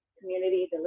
community